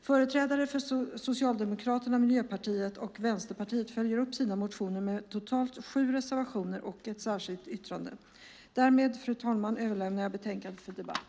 Företrädare för Socialdemokraterna, Miljöpartiet och Vänsterpartiet följer upp sina motioner med totalt sju reservationer och ett särskilt yttrande. Därmed överlämnar jag betänkandet till debatt.